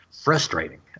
frustrating